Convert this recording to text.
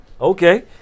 okay